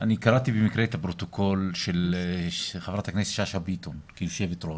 אני קראתי במקרה את הפרוטוקול של חברת הכנסת שאשא ביטון כיושבת-ראש.